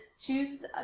choose